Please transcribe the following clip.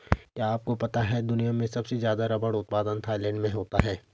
क्या आपको पता है दुनिया में सबसे ज़्यादा रबर उत्पादन थाईलैंड में होता है?